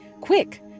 Quick